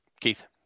Keith